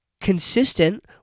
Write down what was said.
consistent